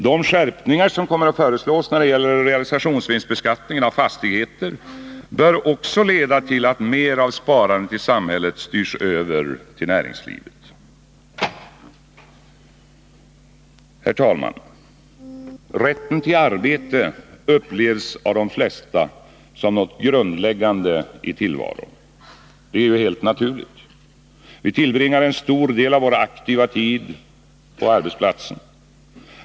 De skärpningar som kommer att föreslås när det gäller realisationsvinstbeskattningen av fastigheter bör också leda till att mer av sparandet i samhället styrs över till näringslivet. Herr talman! Rätten till arbete upplevs av de flesta som något grundläggande i tillvaron. Det är helt naturligt. Vi tillbringar en stor del av vår aktiva tid på arbetsplatsen.